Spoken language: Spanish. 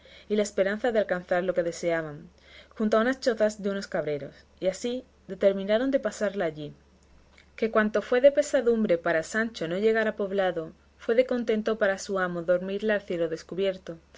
y la esperanza de alcanzar lo que deseaban junto a unas chozas de unos cabreros y así determinaron de pasarla allí que cuanto fue de pesadumbre para sancho no llegar a poblado fue de contento para su amo dormirla al cielo descubierto